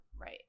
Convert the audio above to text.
Right